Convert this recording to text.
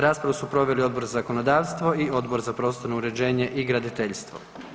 Raspravu su proveli Odbor za zakonodavstvo i Odbor za prostorno uređenje i graditeljstvo.